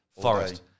forest